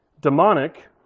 demonic